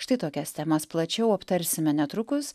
štai tokias temas plačiau aptarsime netrukus